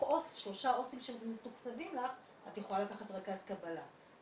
שלושה עו"סים שמתוקצבים לך את יכולה לקחת רכז קבלה.